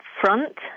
front